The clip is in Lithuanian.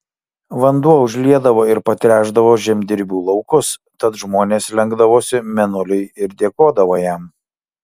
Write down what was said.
vanduo užliedavo ir patręšdavo žemdirbių laukus tad žmonės lenkdavosi mėnuliui ir dėkodavo jam